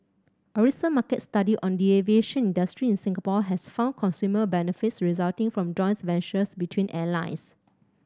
a recent market study on the aviation industry in Singapore has found consumer benefits resulting from joint ventures between airlines